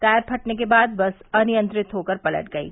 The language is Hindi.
टायर फटने के बाद बस अनियंत्रित होकर पलट गयी